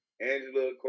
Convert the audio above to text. Angela